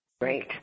Great